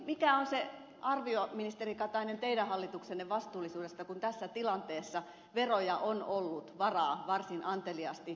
mikä on se arvio ministeri katainen teidän hallituksenne vastuullisuudesta kun tässä tilanteessa veroja on ollut varaa varsin anteliaasti keventää